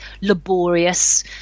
laborious